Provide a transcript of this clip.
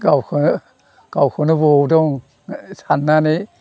गावखौनो गावखौनो बबाव दं सान्नानै